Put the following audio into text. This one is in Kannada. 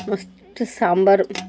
ಮಸ್ತ್ ಸಾಂಬಾರು